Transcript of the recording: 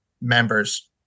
members